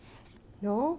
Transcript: no